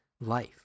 life